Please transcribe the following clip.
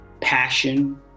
passion